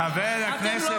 חבר הכנסת מנסור